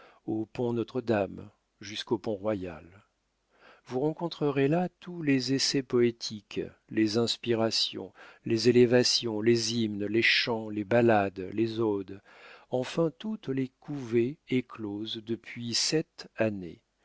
au pont notre-dame jusqu'au pont royal vous rencontrerez là tous les essais poétiques les inspirations les élévations les hymnes les chants les ballades les odes enfin toutes les couvées écloses depuis sept années